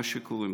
מה שנקרא,